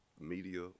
media